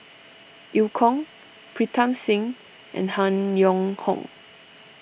Eu Kong Pritam Singh and Han Yong Hong